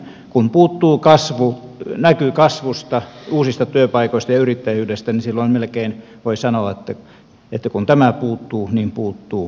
kun puuttuu näky kasvusta uusista työpaikoista ja yrittäjyydestä niin silloin melkein voi sanoa että kun tämä puuttuu niin puuttuu kaikki